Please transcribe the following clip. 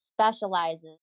specializes